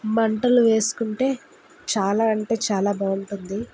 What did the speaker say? మంటలు వేసుకుంటే చాలా అంటే చాలా బాగుంటుంది